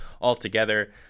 altogether